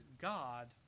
God